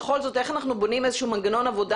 בכל זאת איך אנחנו בונים איזשהו מנגנון עבודה